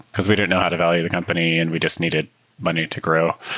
because we didn't know how to value the company and we just needed money to grow.